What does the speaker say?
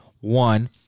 One